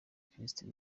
kristo